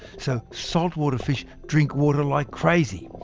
so saltwater fish drink water like crazy.